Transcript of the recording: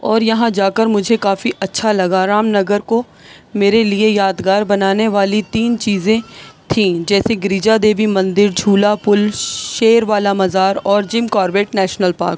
اور یہاں جا کر مجھے کافی اچھا لگا رام نگر کو میرے لیے یادگار بنانے والی تین چیزیں تھیں جیسے گریجا دیوی مندر جھولا پُل شیر والا مزار اور جم کوربیٹ نیشل پارک